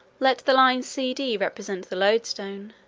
let the line c d represent the loadstone,